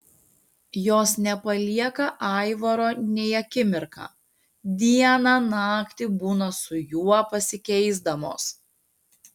jos nepalieka aivaro nei akimirką dieną naktį būna su juo pasikeisdamos